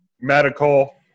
medical